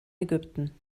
ägypten